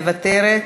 מוותרת,